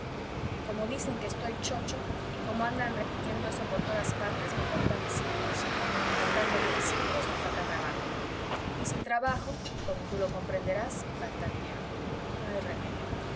y como dicen que estoy chocho y como andan repitiendo eso por todas partes me faltan discípulos y faltándome discípulos me falta trabajo y sin trabajo como tú lo comprenderás me falta dinero no hay remedio